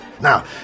Now